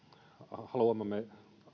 haluamme